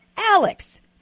Alex